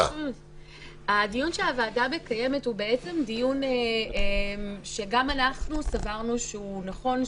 הדיון שהוועדה מקיימת הוא דיון שגם אנחנו סברנו שהוא נכון.